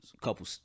couple